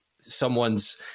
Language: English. someone's